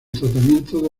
tratamiento